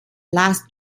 last